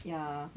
ya